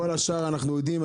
את כל השאר אנחנו יודעים.